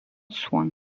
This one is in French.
soin